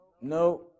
no